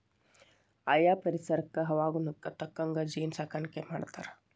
ಆಯಾ ಪರಿಸರಕ್ಕ ಹವಾಗುಣಕ್ಕ ತಕ್ಕಂಗ ಜೇನ ಸಾಕಾಣಿಕಿ ಮಾಡ್ತಾರ